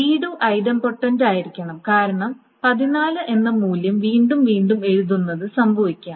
read ഐടെംപൊട്ടൻറായിരിക്കണം കാരണം 14 എന്ന മൂല്യം വീണ്ടും വീണ്ടും എഴുതുന്നത് സംഭവിക്കാം